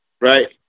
right